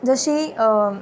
जशी